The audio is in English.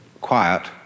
quiet